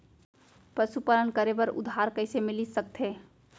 पशुपालन करे बर उधार कइसे मिलिस सकथे?